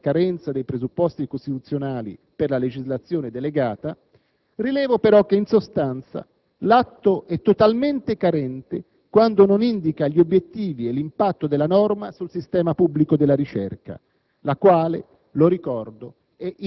Senza entrare nello specifico della carenza dei presupposti costituzionali per la legislazione delegata, rilevo però che in sostanza l'atto è totalmente carente quando non indica gli obiettivi e l'impatto della norma sul sistema pubblico della ricerca,